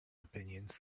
opinions